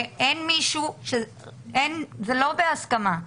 זה לא בהסכמה.